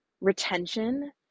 retention